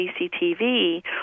CCTV